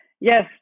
Yes